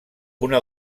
una